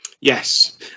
Yes